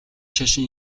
шашин